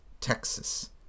Texas